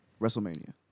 WrestleMania